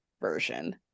version